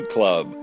Club